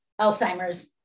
Alzheimer's